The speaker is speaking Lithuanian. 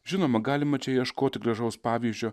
žinoma galima čia ieškoti gražaus pavyzdžio